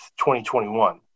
2021